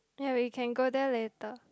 ya we can go there later